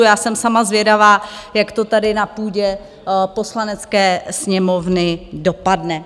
Já jsem sama zvědavá, jak to tady na půdě Poslanecké sněmovny dopadne.